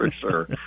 sure